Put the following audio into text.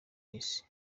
isi